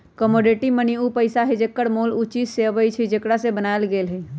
commodity money उ पइसा हइ जेकर मोल उ चीज से अबइ छइ जेकरा से बनायल गेल हइ